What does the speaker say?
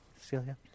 Celia